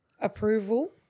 approval